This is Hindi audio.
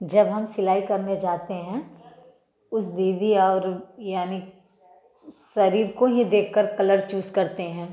जब हम सिलाई करने जाते हैं उस दीदी और यानी शरीर को ही देखकर कलर चूस करते हैं